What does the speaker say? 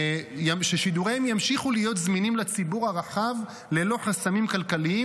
שידוריהם ימשיכו להיות זמינים לציבור הרחב ללא חסמים כלכליים,